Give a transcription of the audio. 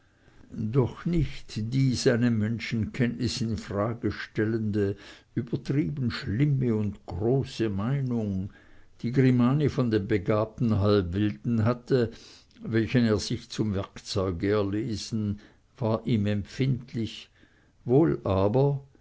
doch nicht die seine menschenkenntnis in frage stellende übertrieben schlimme und große meinung die grimani von dem begabten halbwilden hatte welchen er sich zum werkzeuge erlesen war ihm empfindlich wohl aber